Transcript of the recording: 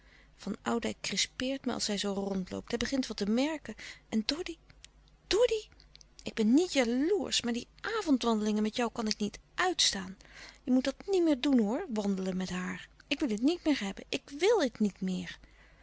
van oudijck crispeert me als hij zoo rondloopt hij begint wat te merken en doddy doddy ik ben niet jaloersch maar die avondwandelingen met jou kan ik niet uitstaan je moet dat niet meer doen hoor wandelen met haar ik wil het niet meer hebben ik wil het niet meer